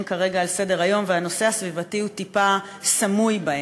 כרגע על סדר-היום והנושא הסביבתי הוא טיפה סמוי בהם.